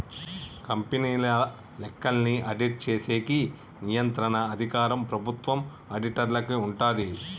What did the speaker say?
కంపెనీల లెక్కల్ని ఆడిట్ చేసేకి నియంత్రణ అధికారం ప్రభుత్వం ఆడిటర్లకి ఉంటాది